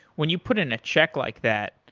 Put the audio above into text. when you put in a check like that,